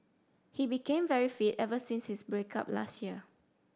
he became very fit ever since his break up last year